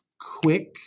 quick